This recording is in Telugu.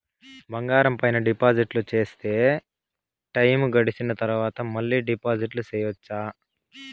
బంగారం పైన డిపాజిట్లు సేస్తే, టైము గడిసిన తరవాత, మళ్ళీ డిపాజిట్లు సెయొచ్చా?